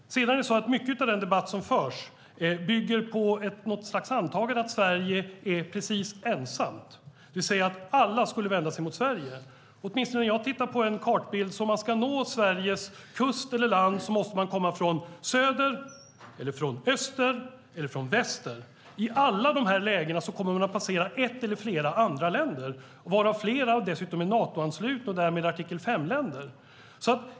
Mycket av den debatt som förs bygger på något slags antagande att Sverige är precis ensamt, det vill säga att alla skulle vända sig mot Sverige. När jag tittar på en kartbild ser åtminstone jag att om man ska nå Sveriges kust eller land så måste man komma från söder, från öster eller från väster. I alla dessa lägen kommer man att passera ett eller flera andra länder varav flera dessutom är Natoanslutna och därmed artikel 5-länder.